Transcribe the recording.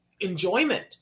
enjoyment